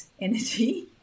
energy